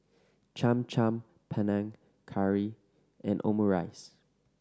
Cham Cham Panang Curry and Omurice